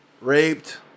raped